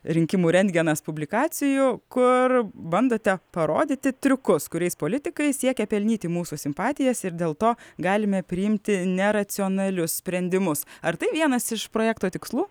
rinkimų rentgenas publikacijų kur bandote parodyti triukus kuriais politikai siekia pelnyti mūsų simpatijas ir dėl to galime priimti neracionalius sprendimus ar tai vienas iš projekto tikslų